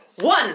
One